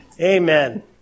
Amen